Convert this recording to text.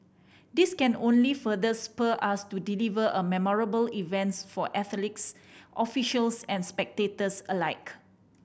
this can only further spur us to deliver a memorable events for athletes officials and spectators alike